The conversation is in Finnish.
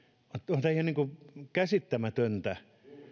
onhan tämä ihan käsittämätöntä